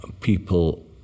People